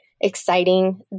exciting